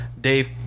Dave